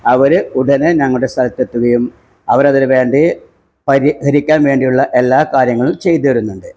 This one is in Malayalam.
അവർ ഉടനെ ഞങ്ങളുടെ സ്ഥലത്തെത്തുകയും അവരതിനു വേണ്ടി പരിഹരിക്കാന് വേണ്ടിയുള്ള എല്ലാ കാര്യങ്ങളും ചെയ്തു തരുന്നുണ്ട്